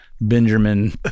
Benjamin